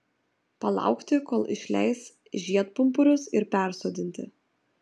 palaukti kol išleis žiedpumpurius ir persodinti